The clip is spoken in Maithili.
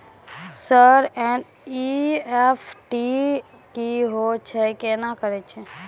सर एन.ई.एफ.टी की होय छै, केना करे छै?